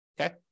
Okay